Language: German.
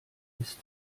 ist